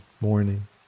morning